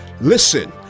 Listen